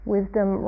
Wisdom